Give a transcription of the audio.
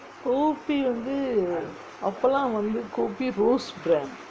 kopi வந்து அப்போ லாம் வந்து:vanthu appo laam vanthu kopi roast brand